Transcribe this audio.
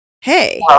hey